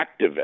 activist